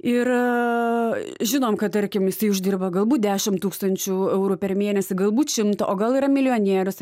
ir žinom kad tarkim jisai uždirba galbūt dešim tūkstančių eurų per mėnesį galbūt šimtą o gal yra milijonierius